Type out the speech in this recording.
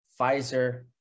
Pfizer